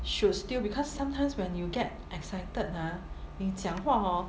should still because sometimes when you get excited ah 你讲话 hor